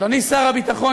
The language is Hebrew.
אדוני שר הביטחון,